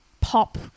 pop